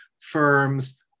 firms